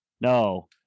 No